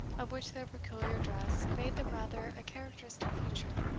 of which their peculiar dress made them rather a characteristic feature.